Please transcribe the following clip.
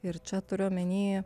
ir čia turiu omeny